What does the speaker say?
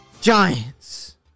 Giants